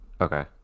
Okay